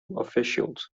officials